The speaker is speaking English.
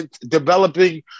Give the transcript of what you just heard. developing